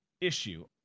issue